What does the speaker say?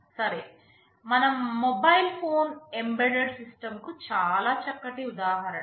సరే మన mobile phone embedded system కు చాలా చక్కటి ఉదాహరణ